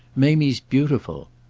mamie's beautiful.